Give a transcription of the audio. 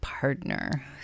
Partner